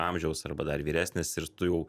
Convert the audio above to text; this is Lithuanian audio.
amžiaus arba dar vyresnis ir tu jau